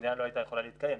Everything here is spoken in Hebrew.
המדינה לא הייתה יכולה להתקיים.